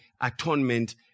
atonement